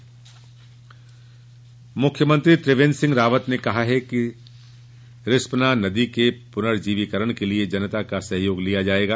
जन सहयोग मुख्यमंत्री त्रिवेन्द्र सिंह रावत ने कहा है कि रिस्पना नदी के प्नर्जीवीकरण के लिए जनता का सहयोग लिया जाएगा